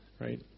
Right